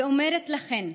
ואומרת לכן: